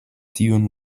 tiun